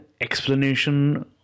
explanation